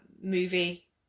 movie